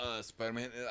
Spider-Man